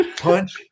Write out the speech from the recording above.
punch